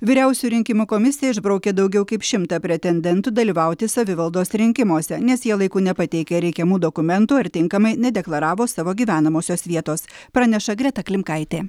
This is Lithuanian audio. vyriausioji rinkimų komisija išbraukė daugiau kaip šimtą pretendentų dalyvauti savivaldos rinkimuose nes jie laiku nepateikė reikiamų dokumentų ar tinkamai nedeklaravo savo gyvenamosios vietos praneša greta klimkaitė